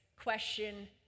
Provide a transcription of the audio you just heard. question